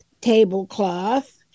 tablecloth